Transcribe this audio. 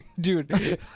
Dude